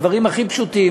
הדברים הכי פשוטים,